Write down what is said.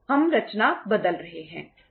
हम रचना बदल रहे हैं